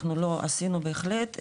אנחנו לא עשינו בהחלט.